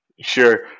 Sure